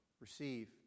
receive